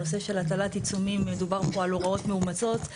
והנושא של הטלת עיצומים ידובר פה על הוראות מאומצות,